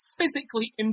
physically